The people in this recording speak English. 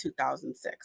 2006